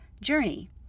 journey